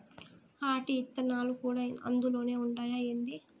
ఆటి ఇత్తనాలు కూడా అందులోనే ఉండాయా ఏంది